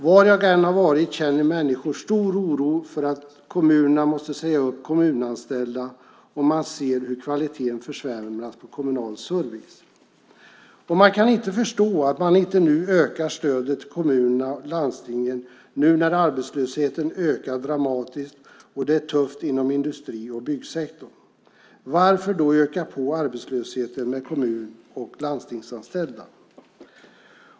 Var jag än har varit känner människor stor oro för att kommunerna måste säga upp kommunanställda. Man ser hur kvaliteten försämras inom kommunal service. Man kan inte förstå att stödet till kommuner och landsting inte ökas nu när arbetslösheten ökar dramatiskt och det är tufft inom industri och byggsektorn. Varför då öka på arbetslösheten med kommun och landstingsanställda?